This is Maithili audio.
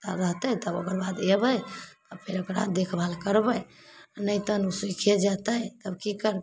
ता रहतै तब ओकर बाद अयबै आ फेर ओकरा देखभाल करबै आ नहि तऽ सुइखे जेतै तब की करब